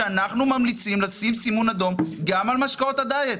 שאנחנו ממליצים לשים סימון אדום גם על משקאות הדיאט.